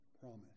promise